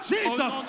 Jesus